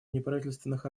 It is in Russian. неправительственных